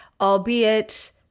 albeit